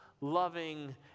loving